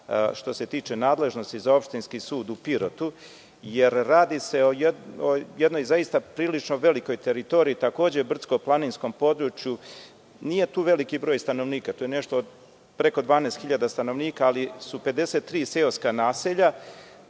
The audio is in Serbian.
što se tiče nadležnosti za Opštinski sud u Pirotu. Radi se o jednoj prilično velikoj teritoriji, takođe brdsko-planinskom području. Nije tu veliki broj stanovnika, to je nešto preko 12.000 stanovnika ali su 53 seoska naselja.